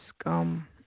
scum